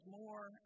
more